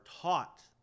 taught